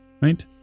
right